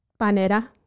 panera